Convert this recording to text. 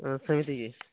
ଓ ସେମିତିକି